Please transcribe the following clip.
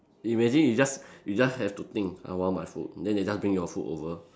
imagine you just you just have to think I want my food then they just bring you food over